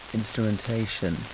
instrumentation